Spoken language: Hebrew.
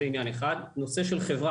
יש את הנושא של חברה.